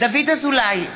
דוד אזולאי,